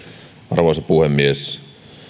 arvoisa puhemies